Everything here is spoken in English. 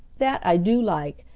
dat i do like.